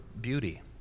beauty